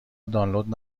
دانلود